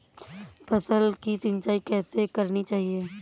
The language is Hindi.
फसल की सिंचाई कैसे करनी चाहिए?